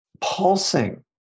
pulsing